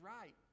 right